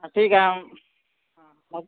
हां ठीक आहे मग